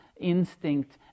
instinct